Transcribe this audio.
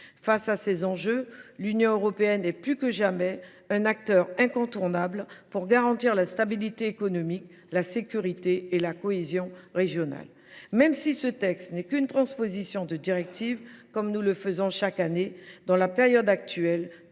Face à ces enjeux, l’Union européenne est plus que jamais un acteur incontournable pour garantir la stabilité économique, la sécurité et la cohésion régionale. Ce texte n’est qu’une transposition de directives comme nous en adoptons chaque année, mais, dans la période actuelle,